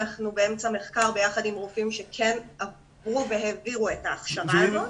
אנחנו עכשיו במחקר ביחד עם רופאים שכן עברו והעבירו את ההכשרה הזאת.